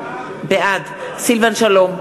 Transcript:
בעד סילבן שלום,